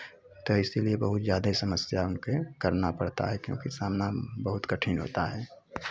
तो इसीलिए बहुत ज़्यादे समस्या उनके करना पड़ता है क्योंकि सामना बहुत कठिन होता है